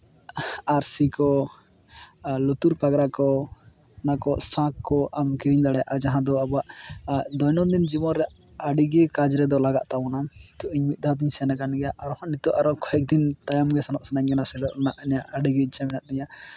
ᱟᱹᱨᱥᱤ ᱠᱚ ᱞᱩᱛᱩᱨ ᱯᱟᱜᱽᱨᱟ ᱠᱚ ᱚᱱᱟᱠᱚ ᱥᱟᱸᱠ ᱠᱚ ᱟᱢ ᱠᱤᱨᱤᱧ ᱫᱟᱲᱮᱭᱟᱜᱼᱟ ᱡᱟᱦᱟᱸ ᱫᱚ ᱟᱵᱚᱣᱟᱜ ᱫᱳᱭᱱᱚᱱᱫᱤᱱ ᱡᱤᱵᱚᱱ ᱨᱮ ᱟᱹᱰᱤᱜᱮ ᱠᱟᱡᱽ ᱨᱮᱫᱚ ᱞᱟᱜᱟᱜ ᱛᱟᱵᱚᱱᱟ ᱛᱚ ᱤᱧ ᱢᱤᱫ ᱫᱷᱟᱣ ᱫᱚᱧ ᱥᱮᱱ ᱠᱟᱱ ᱜᱮᱭᱟ ᱟᱨ ᱵᱟᱠᱷᱟᱡ ᱱᱤᱛᱚᱜ ᱟᱨᱚ ᱠᱚᱭᱮᱠᱫᱤᱱ ᱛᱟᱭᱚ ᱜᱮ ᱥᱮᱱᱚᱜ ᱥᱟᱱᱟᱧ ᱠᱟᱱᱟ ᱥᱮᱱᱚᱜ ᱨᱮᱱᱟᱜ ᱤᱧᱟᱹᱜ ᱟᱹᱰᱤᱜᱮ ᱤᱪᱪᱷᱟᱹ ᱢᱮᱱᱟᱜ ᱛᱤᱧᱟ